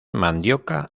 mandioca